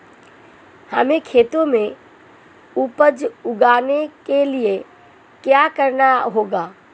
हमें खेत में उपज उगाने के लिये क्या करना होगा?